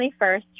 21st